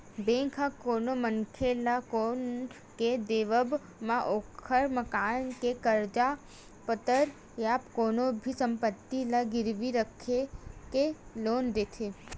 bank ह कोनो मनखे ल लोन के देवब म ओखर मकान के कागज पतर या कोनो भी संपत्ति ल गिरवी रखके लोन देथे